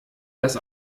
das